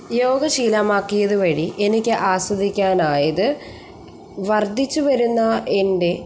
യോഗ ശീലമാക്കിയതു വഴി എനിക്ക് ആസ്വദിക്കാനായത് വർദ്ധിച്ചുവരുന്ന എൻ്റെ